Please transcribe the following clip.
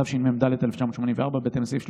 התשמ"ד 1984. בהתאם לסעיף 31(ב)